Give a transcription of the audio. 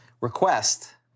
request